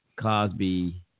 Cosby